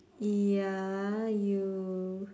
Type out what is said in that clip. ya you